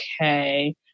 okay